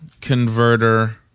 converter